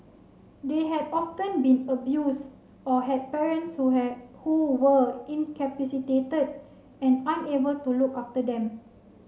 they had often been abuse or had parents who had who were incapacitated and unable to look after them